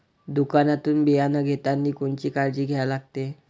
दुकानातून बियानं घेतानी कोनची काळजी घ्या लागते?